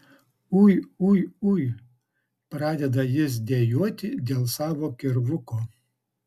ui ui ui pradeda jis dejuoti dėl savo kirvuko